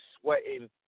sweating